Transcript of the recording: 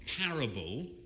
parable